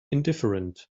indifferent